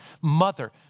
mother